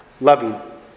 loving